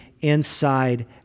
inside